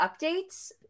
updates